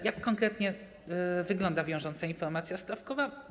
Jak konkretnie wygląda wiążąca informacja stawkowa?